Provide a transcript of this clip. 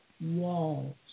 walls